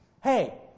Hey